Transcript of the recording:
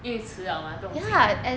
因为迟了吗不用紧